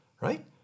right